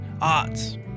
odds